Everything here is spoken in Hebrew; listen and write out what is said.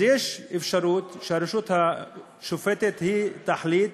אז יש אפשרות שהרשות השופטת תחליט,